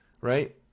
right